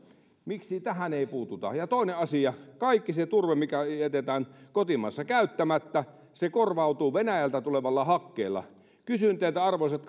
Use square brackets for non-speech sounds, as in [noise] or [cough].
miksi tähän ei puututa ja toinen asia kaikki se turve mikä jätetään kotimaassa käyttämättä korvautuu venäjältä tulevalla hakkeella kysyn teiltä arvoisat [unintelligible]